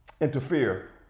interfere